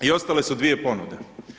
I ostale su dvije ponude.